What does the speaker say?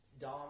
Dom